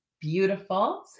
beautiful